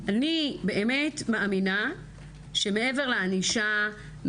אני באמת מאמינה שמעבר לענישה,